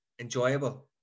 enjoyable